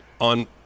on